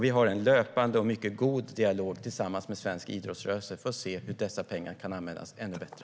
Vi har en löpande och mycket god dialog tillsammans med svensk idrottsrörelse för att se hur dessa pengar kan användas ännu bättre.